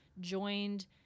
joined